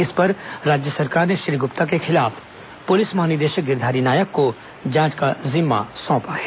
इस पर राज्य सरकार ने श्री ग्प्ता के खिलाफ पुलिस महानिदेशक गिरधारी नायक को जांच का जिम्मा सौंपा है